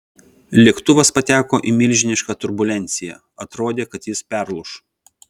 lėktuvas pateko į milžinišką turbulenciją atrodė kad jis perlūš